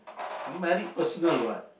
married personal what